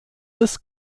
des